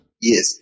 Yes